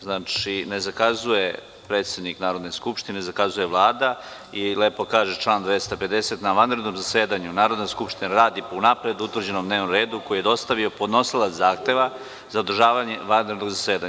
Znači, ne zakazuje predsednik Narodne skupštine, zakazuje Vlada i lepo kaže član 250. – na vanrednom zasedanju narodna skupština radi po unapred utvrđenom dnevnom redu koji je dostavio podnosilac zahteva za održavanje vanrednog zasedanja.